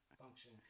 function